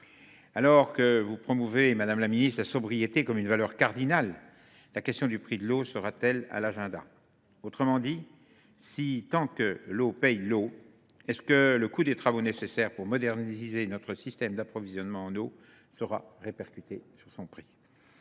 Alors que vous promouvez, madame la ministre, la sobriété comme une valeur cardinale, la question du prix de la ressource sera t elle à l’agenda ? Autrement dit, si tant est que « l’eau paie l’eau », le coût des travaux nécessaires pour moderniser notre système d’approvisionnement sera t il répercuté sur les tarifs ?